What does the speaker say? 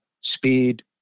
speed